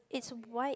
it's a wipe